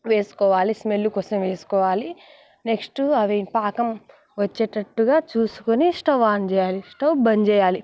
వేసుకోవాలి స్మెల్ కోసం వేసుకోవాలి నెక్స్ట్ అవి పాకం వచ్చేటట్టుగా చూసుకొని స్టవ్ ఆన్ చేయాలి స్టవ్ బంద్ చేయాలి